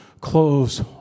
clothes